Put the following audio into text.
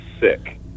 sick